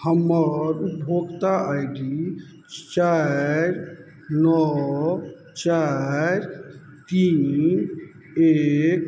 हमर उपभोक्ता I D चारि नओ चारि तीन एक